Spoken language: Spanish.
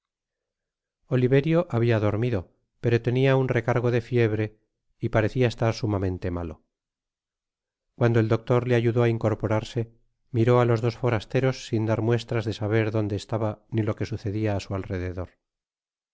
oliverio habia dormido pero tenia un recargo de fiebre y parecia estar sumamente malo cuando el doctor le ayudó á incorporarse miró á los dos forasteros sin dar muestras de saber donde estaba ni lo que sucedia á su alrededor